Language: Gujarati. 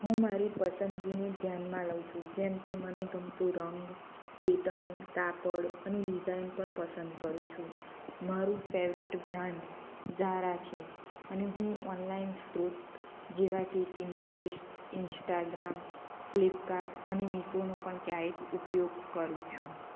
હું મારી પસંદગીને ધ્યાનમાં લઉં છું જેમ કે મને ગમતું રંગ પેટન કાપડ અને ડિઝાઈન પણ પસંદ કરું છું મારુ ફેવરેટ બ્રાન્ડ ઝારા છે અને હું ઓનલાઈન સ્ત્રોત જેવા કે પીન્ટરેસ્ટ ઇન્સ્ટાગ્રામ ફ્લિપકાર્ટ અને મીશોનો પણ ક્યારેક ઉપયોગ કરું છું